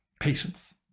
patience